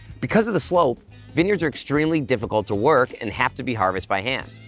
because of the slope vineyards are extremely difficult to work and have to be harvest by hand.